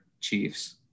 Chiefs